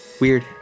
Weird